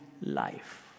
life